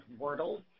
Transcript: Wordle